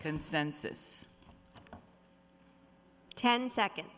consensus ten seconds